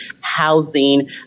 housing